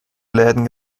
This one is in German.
läden